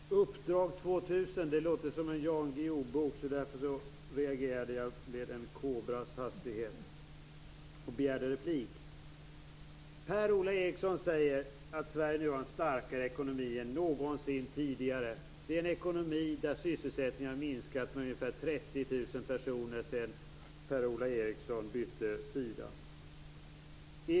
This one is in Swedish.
Herr talman! Uppdrag 2000 låter som en bok av Jan Guillou. Därför reagerade jag med en kobras hastighet och begärde replik. Per-Ola Eriksson säger att Sverige nu har en starkare ekonomi än någonsin tidigare. Det är en ekonomi där sysselsättningen har minskat med ungefär 30 000 personer sedan Per-Ola Eriksson bytte sida.